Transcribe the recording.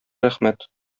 рәхмәт